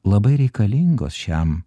labai reikalingos šiam